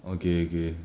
okay okay